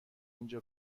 اینجا